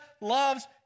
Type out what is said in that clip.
loves